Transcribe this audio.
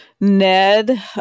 Ned